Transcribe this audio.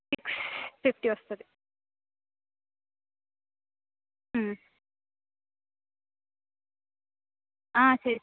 six fifty వస్తుంది